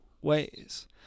ways